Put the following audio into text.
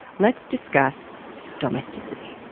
let's discuss domesticity.